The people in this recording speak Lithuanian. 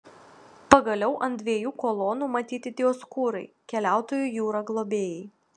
pagaliau ant dviejų kolonų matyti dioskūrai keliautojų jūra globėjai